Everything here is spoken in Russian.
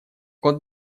кот